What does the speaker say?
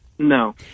no